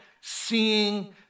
Seeing